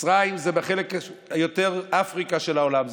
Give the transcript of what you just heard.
מצרים זה יותר בחלק של אפריקה של העולם,